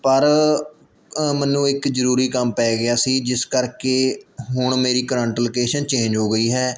ਪਰ ਮੈਨੂੰ ਇੱਕ ਜ਼ਰੂਰੀ ਕੰਮ ਪੈ ਗਿਆ ਸੀ ਜਿਸ ਕਰਕੇ ਹੁਣ ਮੇਰੀ ਕਰੰਟ ਲੋਕੇਸ਼ਨ ਚੇਂਜ ਹੋ ਗਈ ਹੈ